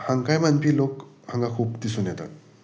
हांकाय मानपी लोक हांगा खूब दिसून येतात